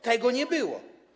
Tego nie było.